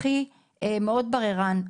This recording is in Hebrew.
אחי מאוד בררן.